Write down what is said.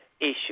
issue